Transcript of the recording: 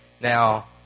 Now